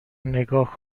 نگاه